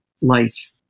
life